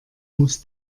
muss